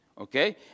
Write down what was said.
okay